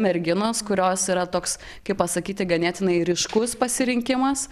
merginos kurios yra toks kaip pasakyti ganėtinai ryškus pasirinkimas